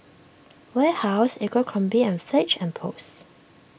Warehouse Abercrombie and Fitch and Post